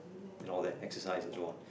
and all that exercise and so on